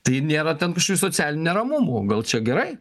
tai nėra ten kašokių socialinių neramumų gal čia gerai